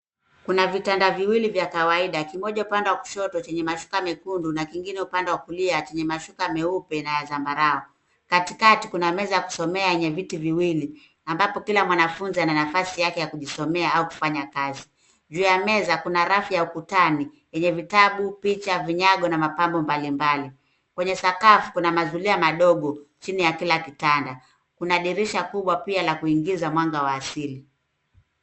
Kuna vitanda viwili vya kawaida; kimoja upande wa kushoto chenye mashuka mekundu na kingine upande wa kulia chenye mashuka meupe na ya zambarau. Katikati kuna meza ya kusomea yenye viti viwili ambapo kila mwanafunzi ana nafasi yake ya kujisomea au kufanya kazi. Juu ya meza kuna rafu ya ukutani yenye vitabu, picha, vinyago na mapambo mbalimbali. Kwenye sakafu kuna mazulia madogo, chini ya kila kitanda. Kuna dirisha kubwa pia la kuingiza mwanga wa asili.